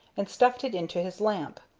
and stuffed it into his lamp.